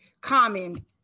common